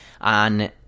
on